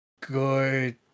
good